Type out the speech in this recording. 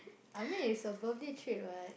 I mean it's a birthday treat [what]